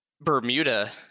Bermuda